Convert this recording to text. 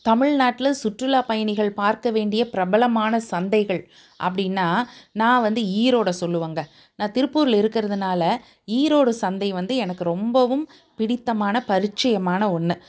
தமிழ்நாட்டில் சுற்றுலாப் பயணிகள் பார்க்கவேண்டிய பிரபலமான சந்தைகள் அப்படின்னா நான் வந்து ஈரோடை சொல்லுவேங்க நான் திருப்பூரில் இருக்கிறதுனால் ஈரோடு சந்தை வந்து எனக்கு ரொம்பவும் பிடித்தமான பரிச்சயமான ஒன்று